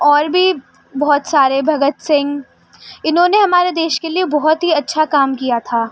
اور بھی بہت سارے بھگت سنگھ انہوں نے ہمارے دیش کے لیے بہت ہی اچھا کام کیا تھا